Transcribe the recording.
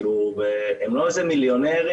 הם לא איזה מיליונרים.